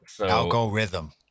Algorithm